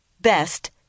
Best